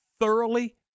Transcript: thoroughly